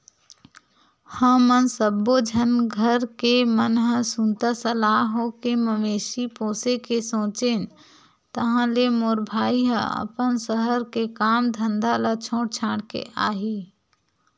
हमन सब्बो झन घर के मन ह सुनता सलाह होके मवेशी पोसे के सोचेन ताहले मोर भाई ह अपन सहर के काम धंधा ल छोड़ छाड़ के आही